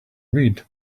read